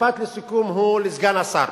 המשפט לסיכום הוא לסגן השר.